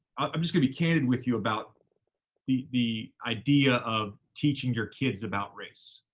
i'm just gonna be candid with you about the the idea of teaching your kids about race.